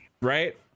right